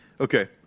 Okay